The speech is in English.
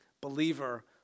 believer